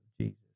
Jesus